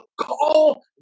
call